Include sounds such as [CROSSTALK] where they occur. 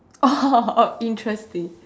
oh [LAUGHS] oh interesting